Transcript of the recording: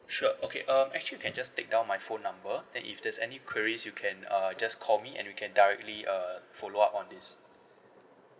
sure okay um actually you can just take down my phone number then if there's any queries you can uh just call me and we can directly uh follow up on this